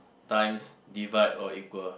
times divide or equal